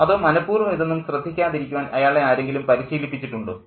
അതോ മനഃപൂർവം ഇതൊന്നും ശ്രദ്ധിക്കാതിരിക്കുവാൻ അയാളെ ആരെങ്കിലും പരിശീലിപ്പിച്ചിട്ടുണ്ടോ